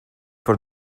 for